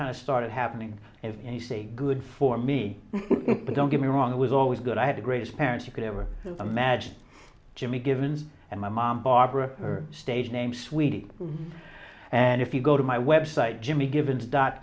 kind of started happening if anything good for me but don't get me wrong it was always good i had the greatest parents you could ever imagine jimmy given and my mom barbara her stage name sweetie and if you go to my website jimmy givens dot